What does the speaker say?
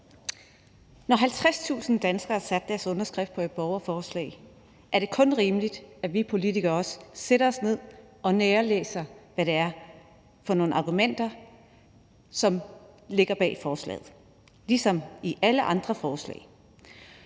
Når 50.000 danskere har sat deres underskrift på et borgerforslag, er det kun rimeligt, at vi politikere også sætter os ned og nærlæser, hvad det er for nogle argumenter, som ligger bag forslaget, ligesom ved alle andre forslag.